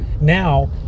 Now